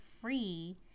free